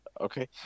okay